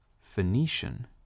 Phoenician